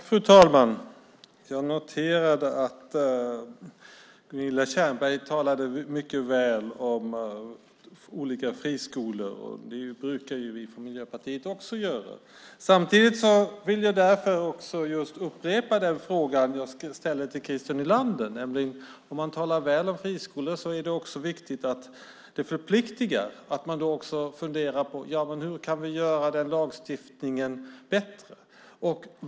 Fru talman! Jag noterade att Gunilla Tjernberg talade mycket väl om olika friskolor. Det brukar vi från Miljöpartiet också göra. Samtidigt vill jag upprepa den fråga jag ställde till Christer Nylander. Om man talar väl om friskolor förpliktar det att man funderar på hur lagstiftningen kan göras bättre.